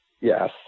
yes